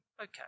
Okay